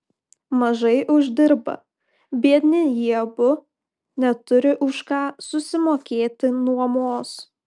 mažai uždirba biedni jie abu neturi už ką susimokėti nuomos